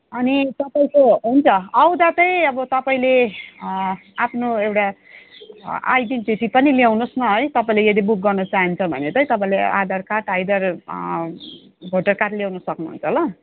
अनि तपाईँको हुन्छ आउँँदा त अब तपाईँले आफ्नो एउटा आइडेन्टिटी पनि ल्याउनु होस् न है तपाईँले यदि बुक गर्नु चाहन्छ भने त तपाईँले Aadhaar card either voter card ल्याउनु सक्नु हुन्छ ल